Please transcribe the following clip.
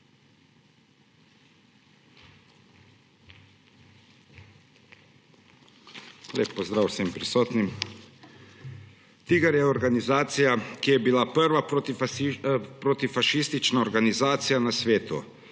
TIGR je organizacija, ki je bila prva protifašistična organizacija na svetu.